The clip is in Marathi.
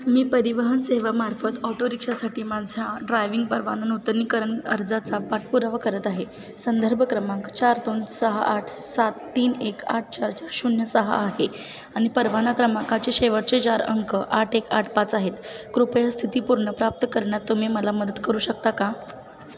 मी परिवहन सेवामार्फत ऑटोरिक्षासाठी माझ्या ड्रायविंग परवाना नूतनीकरण अर्जाचा पाठपुरावा करत आहे संदर्भ क्रमांक चार दोन सहा आठ सात तीन एक आठ चार चार शून्य सहा आहे आणि परवाना क्रमांकाचे शेवटचे चार अंक आठ एक आठ पाच आहेत कृपया स्थिती पूर्ण प्राप्त करण्यात तुम्ही मला मदत करू शकता का